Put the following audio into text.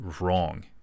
wrong